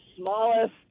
smallest